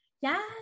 Yes